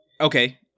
okay